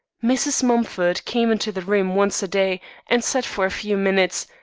mrs. mumford came into the room once a day and sat for a few minutes,